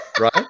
Right